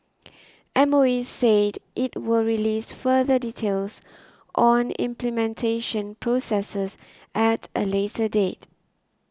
M O E said it will release further details on implementation processes at a later date